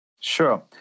Sure